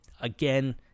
again